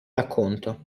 racconto